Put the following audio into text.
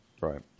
Right